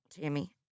Tammy